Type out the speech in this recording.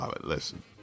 listen